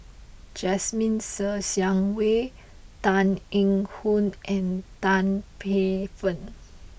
Jasmine Ser Xiang Wei Tan Eng Hoon and Tan Paey Fern